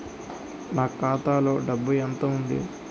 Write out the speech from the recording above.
నా ఖాతాలో డబ్బు ఎంత ఉంది?